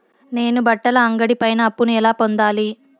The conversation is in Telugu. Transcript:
నేను బట్టల అంగడి పైన అప్పును ఎలా పొందాలి?